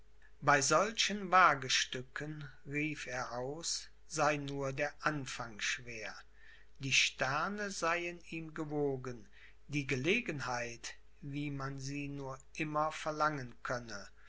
bei solchen wagestücken rief er aus sei nur der anfang schwer die sterne seien ihm gewogen die gelegenheit wie man sie nur immer verlangen könne